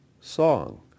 song